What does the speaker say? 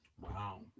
wow